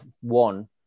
one